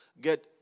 get